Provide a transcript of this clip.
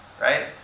right